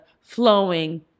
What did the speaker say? flowing